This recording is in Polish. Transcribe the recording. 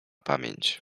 pamięć